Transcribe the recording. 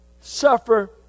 suffer